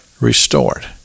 restored